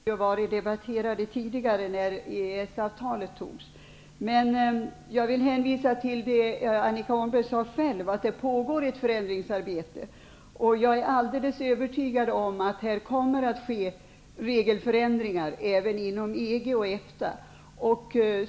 Fru talman! De frågor som Annika Åhnberg tog upp debatterades tidigare, i samband med att vi fattade beslut om EES-avtalet. Precis som Annika Åhnberg själv säger pågår ett förändringsarbete. Jag är alldeles övertygad om att det kommer att ske regelförändringar även inom EG och EFTA.